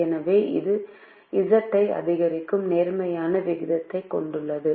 எனவே இது Z ஐ அதிகரிக்கும் நேர்மறையான விகிதத்தைக் கொண்டுள்ளது